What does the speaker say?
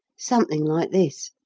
something like this